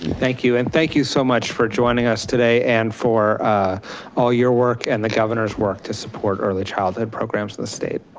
thank you and thank you so much for joining us today and for all your work and the governor's work to support early childhood programs in the state.